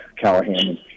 Callahan